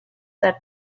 that